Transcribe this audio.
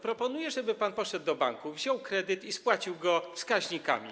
Proponuję, żeby pan poszedł do banku, wziął kredyt i spłacił go wskaźnikami.